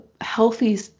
healthy